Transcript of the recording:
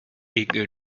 eager